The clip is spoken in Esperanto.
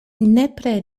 nepre